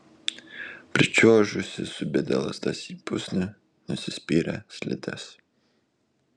pričiuožusi subedė lazdas į pusnį nusispyrė slides